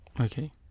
Okay